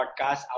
podcast